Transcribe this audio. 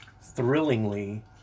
thrillingly